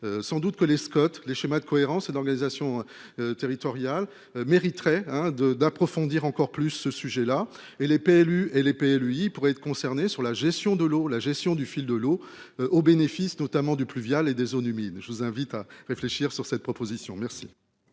Sans doute que les Scott les schémas de cohérence et d'organisation. Territoriale mériterait un de, d'approfondir encore plus ce sujet-là et les PLU et les PLU. Ils pourraient être concernées sur la gestion de l'eau, la gestion du fil de l'eau au bénéfice notamment du pluvial et des zones humides. Je vous invite à réfléchir sur cette proposition. Merci.